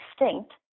extinct